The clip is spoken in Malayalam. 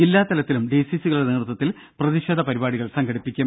ജില്ലാതലത്തിലും ഡിസിസികളുടെ നേതൃത്വത്തിൽ പ്രതിഷേധ പരിപാടികൾ സംഘടിപ്പിക്കും